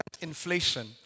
inflation